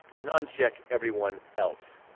and uncheck everyone else.